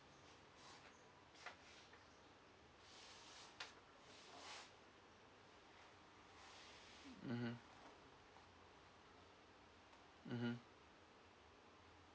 mmhmm mmhmm